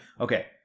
Okay